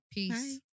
Peace